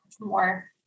more